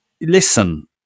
listen